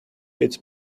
its